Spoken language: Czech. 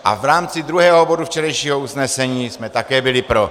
A v rámci druhého bodu včerejšího usnesení jsme také byli pro.